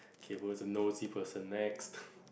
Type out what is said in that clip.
Keith was a noisy person next